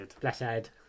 Blessed